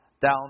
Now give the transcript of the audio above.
down